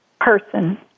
person